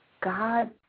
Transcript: God